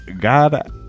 God